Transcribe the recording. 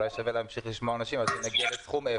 אולי שווה להמשיך לשמוע אנשים עד שנגיע לסכום נמוך.